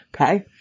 Okay